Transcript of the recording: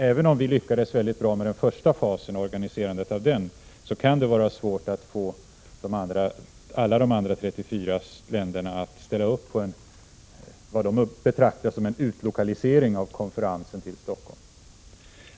Även om organiserandet av den första fasen lyckades mycket bra kan det vara svårt att få alla de andra 34 länderna att gå med på vad de betraktar som en utlokalisering av konferensen till Stockholm.